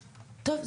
טוב,